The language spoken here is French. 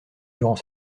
durant